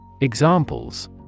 Examples